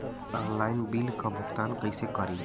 Online bill क भुगतान कईसे करी?